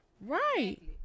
Right